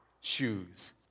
shoes